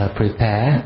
prepare